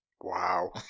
Wow